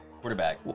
quarterback